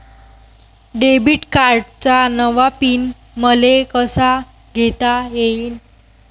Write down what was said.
Debit कार्डचा नवा PIN मले कसा घेता येईन?